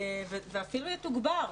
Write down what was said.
ואפילו יתוגבר.